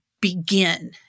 begin